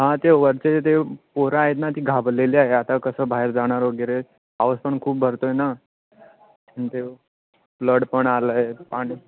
हां ते वरचे ते पोरं आहेत ना ती घाबरलेली आहे आता कसं बाहेर जाणार वगैरे पाऊस पण खूप भरतो आहे ना ते प्लड पण आलं आहे पाणी